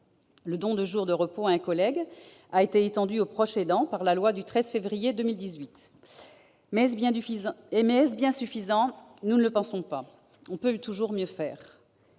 le don de jours de repos à un collègue a été étendu aux proches aidants par la loi du 13 février 2018. Mais est-ce bien suffisant ? Nous pensons que non, et que l'on peut toujours mieux faire.